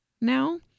now